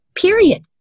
period